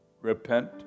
repent